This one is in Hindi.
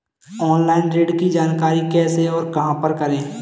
ऑनलाइन ऋण की जानकारी कैसे और कहां पर करें?